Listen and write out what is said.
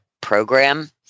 program